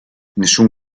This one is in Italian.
nessun